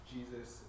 Jesus